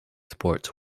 sports